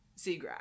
Seagrass